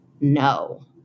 No